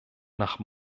nach